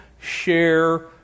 share